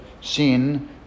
sin